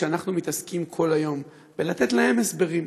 כשאנחנו מתעסקים כל היום בלתת להם הסברים,